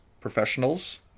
Professionals